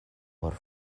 por